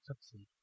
succeed